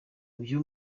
uyu